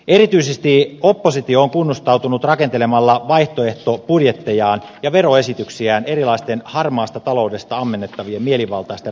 erityisesti oppositio on kunnostautunut rakentelemalla vaihtoehtobudjettejaan ja veroesityksiään erilaisten harmaasta taloudesta ammennettavien mielivaltaisten rahasummien varaan